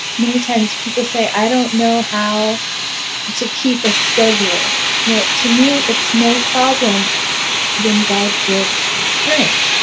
many times people say, i don't know how to keep a schedule well to me it's no problem when god gives the strength.